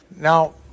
Now